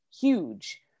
huge